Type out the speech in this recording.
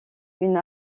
une